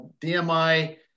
DMI